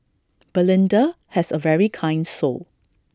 belinda has A very kind soul